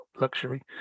luxury